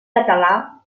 català